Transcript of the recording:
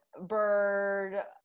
Bird